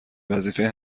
وظیفه